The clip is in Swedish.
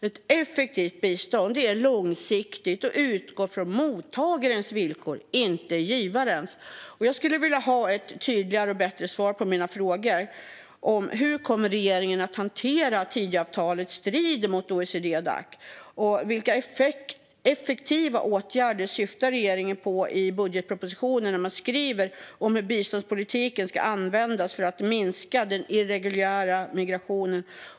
Ett effektivt bistånd är långsiktigt och utgår från mottagarens villkor, inte givarens. Jag skulle vilja ha tydligare och bättre svar på mina frågor. Hur kommer regeringen att hantera att Tidöavtalet strider mot OECD-Dac? Vilka "effektiva åtgärder" syftar regeringen på i budgetpropositionen när man skriver om hur biståndspolitiken ska användas för att minska den irreguljära migrationen?